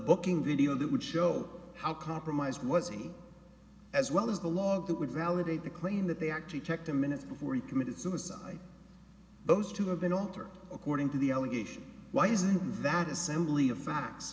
booking video that would show how compromised was he as well as the law that would validate the claim that they actually checked the minutes before he committed suicide those two have been altered according to the allegation why is it that assembly of facts